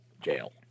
jail